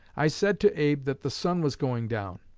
i said to abe that the sun was going down.